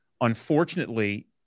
unfortunately